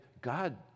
God